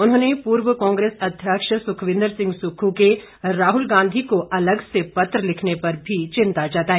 उन्होंने पूर्व कांग्रेस अध्यक्ष सुखविंदर सिंह सुक्खू के राहुल गांधी को अलग से पत्र लिखने पर भी चिंता जताई